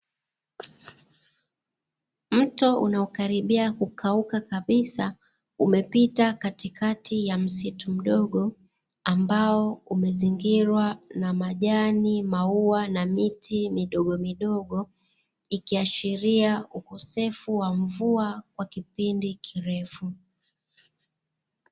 Mto unaokaribia kukauka kabisa umepita katikati ya msitu mdogo ambao umezingirwa na: majani, maua na miti midogomidogo, ikiashiria ukosefu wa mvua kwa kipindi kirefu.